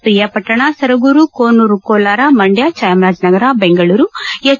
ಪಿರಿಯಾಪಟ್ಟಣ ಸರಗೂರು ಕೊನೂರು ಕೋಲಾರ ಮಂಡ್ಕ ಚಾಮರಾಜನಗರ ಬೆಂಗಳೂರು ಹೆಚ್